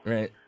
Right